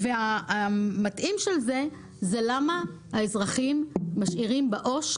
והמתאים של זה הוא למה האזרחים משאירים בעו"ש,